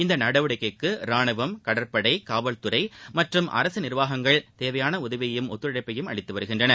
இந்த நடவடிக்கைக்கு ரானுவம் கடற்படை காவல்துறை மற்றும் அரசு நிர்வாகங்கள் தேவையான உதவியையும் ஒத்துழைப்பையும் அளித்து வருகின்றன